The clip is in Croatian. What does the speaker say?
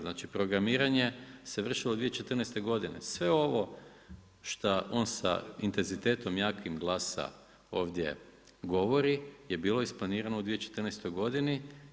Znači programiranje se vršilo 2014. godine, sve ovo šta on sa intenzitetom jakim glasa ovdje govori je bilo isplanirano u 2014. godini.